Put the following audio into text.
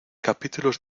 capítulos